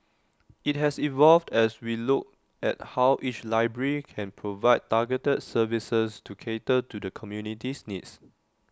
IT has evolved as we look at how each library can provide targeted services to cater to the community's needs